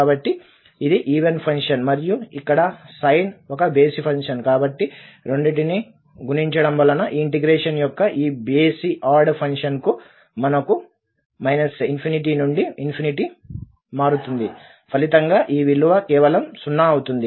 కాబట్టి ఇది even function మరియు ఇక్కడ సైన్ ఒక బేసి ఫంక్షన్ కాబట్టి రెండింటిని గుణించడం వలన ఈ ఇంటిగ్రేషన్ యొక్క ఈ బేసిఆడ్ ఇంటిగ్రేషన్ మనకు ∞ నుండి ∞ మారుతుంది ఫలితంగా ఈ విలువ కేవలం 0 అవుతుంది